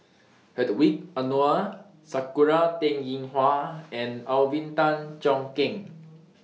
Hedwig Anuar Sakura Teng Ying Hua and Alvin Tan Cheong Kheng